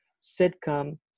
sitcom